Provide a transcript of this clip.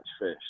fish